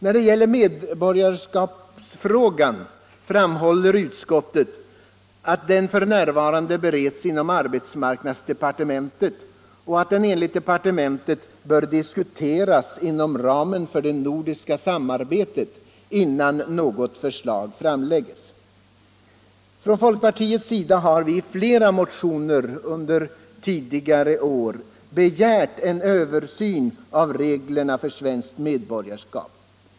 När det gäller medborgarskapsfrågan framhåller utskottet att den f. n. bereds inom arbetsmarknadsdepartementet och att den enligt departe Nr 80 mentet bör diskuteras inom ramen för det nordiska samarbetet innan Onsdagen den något förslag framläggs. Från folkpartiets sida har vi tidigare under flera 14 maj 1975 år i motioner begärt en översyn av reglerna för svenskt medborgarskap.